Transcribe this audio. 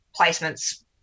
placements